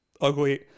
Ugly